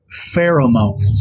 pheromones